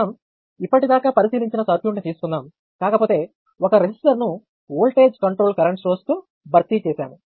మనం ఇప్పటిదాకా పరిశీలించిన సర్క్యూట్ ని తీసుకుందాం కాకపోతే ఒక రెసిస్టర్ ను వోల్టేజ్ కంట్రోల్డ్ కరెంట్ సోర్స్తో భర్తీ చేసాము